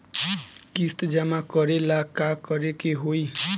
किस्त जमा करे ला का करे के होई?